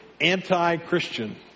anti-Christian